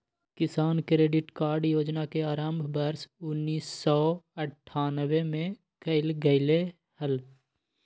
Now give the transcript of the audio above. किसान credit card योजना के आरंभ वर्ष उन्नीसौ अठ्ठान्नबे में कइल गैले हल